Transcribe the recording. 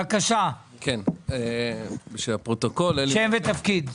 בבקשה, שם ותפקיד.